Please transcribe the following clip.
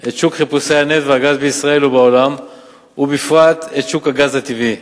את שוק חיפושי הנפט והגז בישראל ובעולם ובפרט את שוק הגז הטבעי.